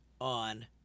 on